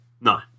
No